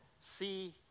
see